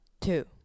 Two